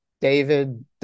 David